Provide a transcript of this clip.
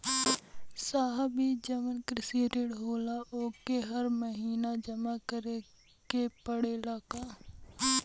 साहब ई जवन कृषि ऋण होला ओके हर महिना जमा करे के पणेला का?